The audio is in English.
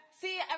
see